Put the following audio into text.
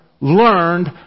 learned